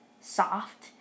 soft